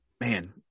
man